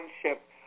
friendship